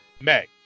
Meg